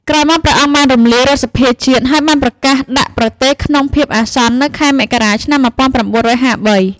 ក្រោយមក ព្រះអង្គបានរំលាយរដ្ឋសភាជាតិ ហើយបានប្រកាសដាក់ប្រទេសក្នុងភាពអាសន្ននៅខែមករា ឆ្នាំ១៩៥៣។